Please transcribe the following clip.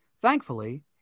Thankfully